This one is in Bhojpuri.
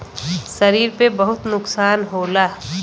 शरीर पे बहुत नुकसान होला